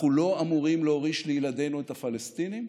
אנחנו לא אמורים להוריש לילדינו את הפלסטינים.